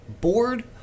bored